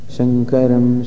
Shankaram